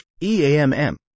EAMM